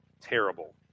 terrible